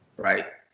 right?